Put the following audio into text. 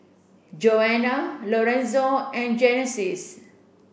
Joana Lorenzo and Genesis